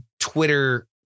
twitter